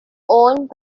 owned